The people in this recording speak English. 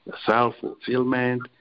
self-fulfillment